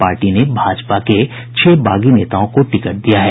party ने भाजपा के छह बागी नेताओं को टिकट दिया है